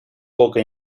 poca